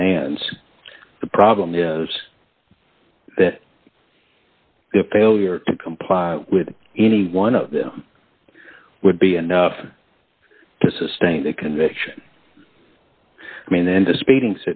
commands the problem is that failure to comply with any one of them would be enough to sustain the conviction i mean into speeding